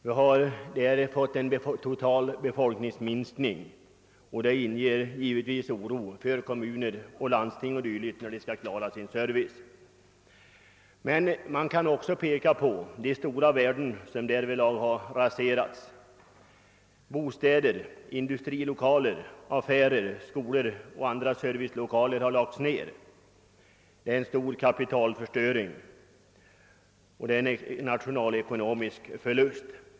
Vi har där fått en stor total befolkningsminskning och detta skapar givetvis oro hos kommuner, landsting, m.fl. för hur de skall kunna ordna sin service. Men man kan också peka på de stora värden som har raserats. Bostäder, industrilokaler, affärer, skolor och andra servicelokaler har övergivits, vilket betyder en stor kapitalförstöring och en nationalekonomisk förlust.